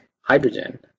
hydrogen